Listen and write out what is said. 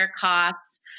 costs